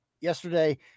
yesterday